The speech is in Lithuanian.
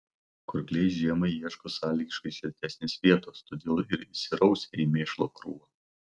kurkliai žiemai ieško sąlygiškai šiltesnės vietos todėl ir įsirausia į mėšlo krūvą